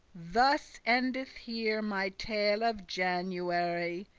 thus endeth here my tale of january,